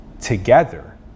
together